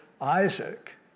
Isaac